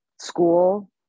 school